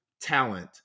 talent